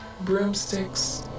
broomsticks